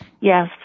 Yes